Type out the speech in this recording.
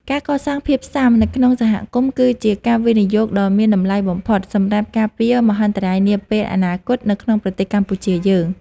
ការកសាងភាពស៊ាំនៅក្នុងសហគមន៍ គឺជាការវិនិយោគដ៏មានតម្លៃបំផុតសម្រាប់ការពារមហន្តរាយនាពេលអនាគតនៅក្នុងប្រទេសកម្ពុជាយើង។